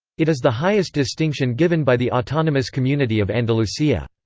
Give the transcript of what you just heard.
it is the highest distinction given by the autonomous community of andalusia.